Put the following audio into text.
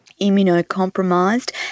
immunocompromised